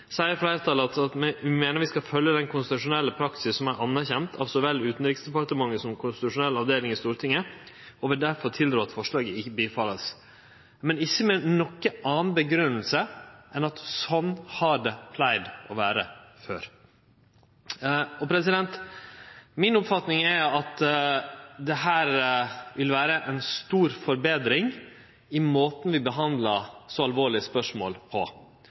seier fleirtalet at ein «mener vi skal følge den konstitusjonelle praksis som er anerkjent av så vel Utenriksdepartementet som konstitusjonell avdeling i Stortinget, og vil derfor tilrå at forslaget ikke bifalles.» Men det er inga anna grunngjeving enn at slik har det pleid å vere før. Mi oppfatning er at dette vil vere ei stor forbetring i måten vi behandlar så alvorlege spørsmål på.